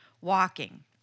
walking